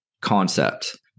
concept